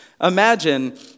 imagine